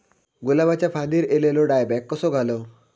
गुलाबाच्या फांदिर एलेलो डायबॅक कसो घालवं?